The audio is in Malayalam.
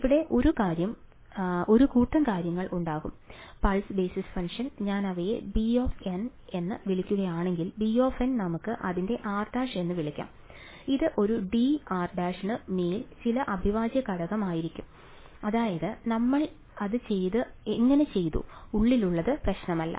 ഇവിടെ ഒരു കൂട്ടം കാര്യങ്ങൾ ഉണ്ടാകും പൾസ് ബേസിസ് ഫംഗ്ഷൻ ഞാൻ അവയെ bn എന്ന് വിളിക്കുകയാണെങ്കിൽ bn നമുക്ക് അതിനെ r′ എന്ന് വിളിക്കാം ഇത് ഒരു dr′ ന് മേൽ ചില അവിഭാജ്യഘടകമായിരിക്കും അതായത് നമ്മൾ അത് എങ്ങനെ ചെയ്തു ഉള്ളിലുള്ളത് പ്രശ്നമല്ല